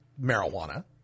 marijuana